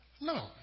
no